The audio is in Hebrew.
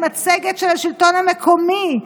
מצגת של השלטון המקומי,